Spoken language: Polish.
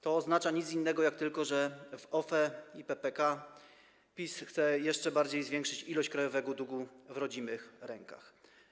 To oznacza nic innego jak tylko to, że w OFE i PPK PiS chce jeszcze bardziej zwiększyć ilość krajowego długu w rodzimych rękach.